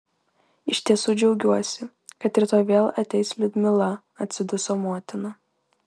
iš tiesų džiaugiuosi kad rytoj vėl ateis liudmila atsiduso motina